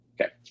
Okay